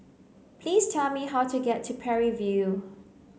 please tell me how to get to Parry View